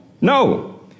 No